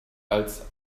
als